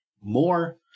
more